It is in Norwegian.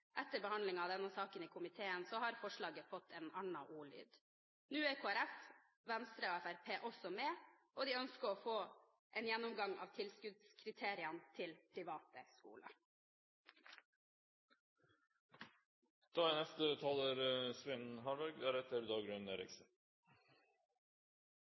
av denne saken i komiteen har forslaget fått en annen ordlyd. Nå er Kristelig Folkeparti, Venstre og Fremskrittspartiet også med, og de ønsker å få en gjennomgang av tilskuddskriteriene til private